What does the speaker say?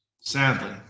sadly